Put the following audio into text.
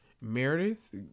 Meredith